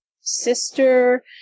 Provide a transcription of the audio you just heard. sister